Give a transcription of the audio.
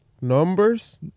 numbers